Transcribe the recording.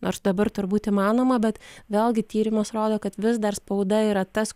nors dabar turbūt įmanoma bet vėlgi tyrimas rodo kad vis dar spauda yra tas